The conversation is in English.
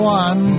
one